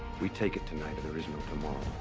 we take it tonight or there is no tomorrow.